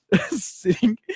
sitting